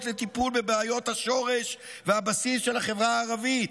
לטיפול בבעיות השורש והבסיס של החברה הערבית,